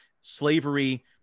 slavery